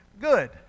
good